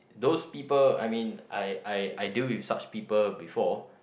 those people I mean I I I deal with such people before